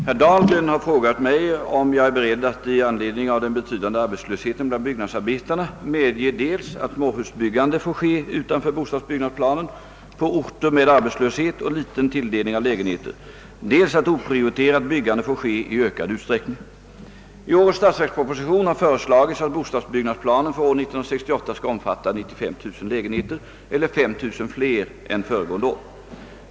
Herr talman! Herr Dahlgren har frågat mig, om jag är beredd att i anledning av den betydande arbetslösheten bland byggnadsarbetarna medge dels att småhusbyggande får ske utanför bostadsbyggnadsplanen på orter med arbetslöshet och liten tilldelning av lägenheter, dels att oprioriterat byggande får ske i ökad utsträckning. I årets statsverksproposition har föreslagits att bostadsbyggnadsplanen för år 1968 skall omfatta 95 000 lägenheter eller 5 000 fler än föregående år.